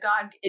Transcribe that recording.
God